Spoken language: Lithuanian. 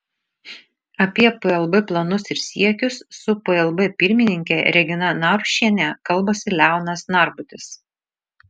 apie plb planus ir siekius su plb pirmininke regina narušiene kalbasi leonas narbutis